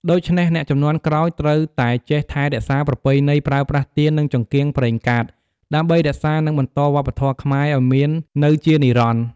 ដូច្នេះ អ្នកជំនាន់ក្រោយត្រូវតែចេះថែរក្សាប្រពៃណីប្រើប្រាស់ទៀន និងចង្កៀងប្រេងកាត ដើម្បីរក្សា និងបន្តវប្បធម៌ខ្មែរឲ្យមាននៅជានិរន្តរ៍។